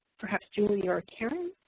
perhaps julie or karen?